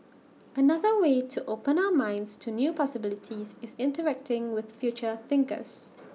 another way to open our minds to new possibilities is interacting with future thinkers